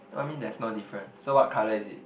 what you mean there's no difference so what colour is it